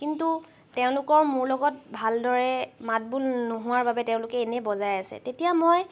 কিন্তু তেওঁলোকৰ মোৰ লগত ভালদৰে মাত বোল নোহোৱাৰ বাবে তেওঁলোকে এনেই বজাই আছে তেতিয়া মই